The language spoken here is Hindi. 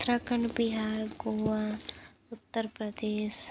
उत्तराखंड बिहार गोवा उत्तर प्रदेश